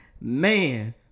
Man